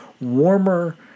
warmer